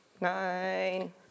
nine